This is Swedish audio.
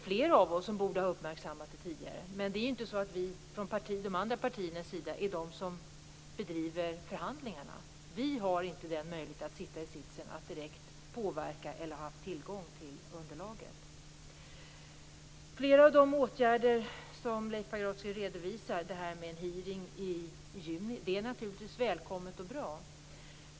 Flera av oss borde ha uppmärksammat detta tidigare, men vi från de andra partiernas sida bedriver inte förhandlingarna. Vår sits har inte varit sådan att vi har haft möjlighet att påverka direkt, och vi har inte haft tillgång till underlaget. Flera av de åtgärder som Leif Pagrotsky redovisar - t.ex. en hearing i juni - är naturligtvis välkomna och bra.